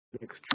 next